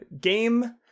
game